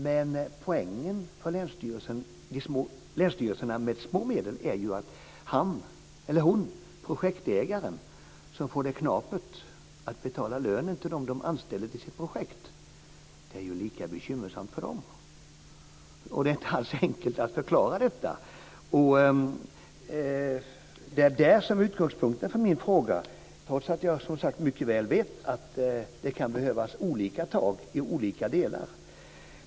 Men poängen är ju att det är lika bekymmersamt för de små länsstyrelserna med de små medlen när projektägare får det knapert och har problem med att betala lönen till dem de anställer till sitt projekt. Det är inte alls enkelt att förklara detta. Det är det som är utgångspunkten för min fråga, trots att jag som sagt mycket väl vet att det kan behövas olika tak i olika delar av landet.